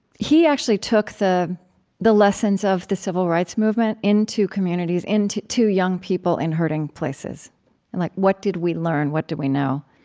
he actually took the the lessons of the civil rights movement into communities, to to young people in hurting places and like what did we learn what did we know?